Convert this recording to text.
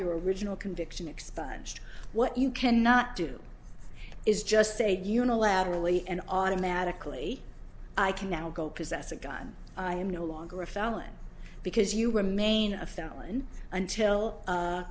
your original conviction expunged what you cannot do is just say unilaterally and automatically i can now go possess a gun i am no longer a felon because you remain a felon until